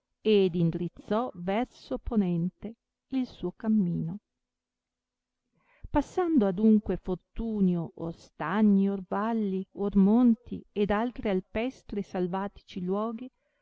ed indrizzò verso ponente il suo cammino passando adunque fortunio or stagni or valli or monti ed altri alpestri e salvatici luoghi